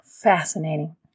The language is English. Fascinating